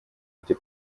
где